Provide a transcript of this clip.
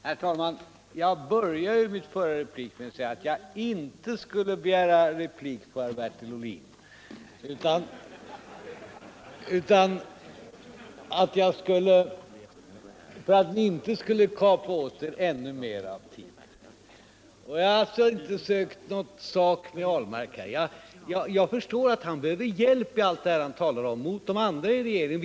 Herr talman! Jag började min förra replik med att säga att jag inte skulle begära replik mot herr Ahlmark för att ni inte skulle kapa åt er ännu mer av tiden. Jag har alltså inte sökt såk med herr Ahlmark. Jag förstår att han behöver hjälp i alla de frågor som han talar om — mot de andra i regeringen.